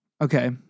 Okay